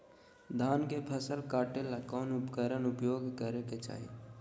धान के फसल काटे ला कौन उपकरण उपयोग करे के चाही?